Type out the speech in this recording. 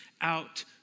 out